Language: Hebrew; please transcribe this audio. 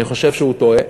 אני חושב שהוא טועה.